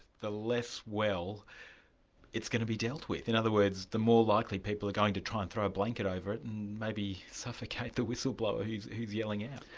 the less well it's going to be dealt with. in other words the more likely people are going to try and throw a blanket over it, and maybe suffocate the whistleblower who's who's yelling out.